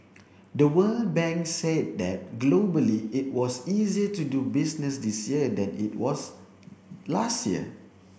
the World Bank said that globally it was easier to do business this year than it was last year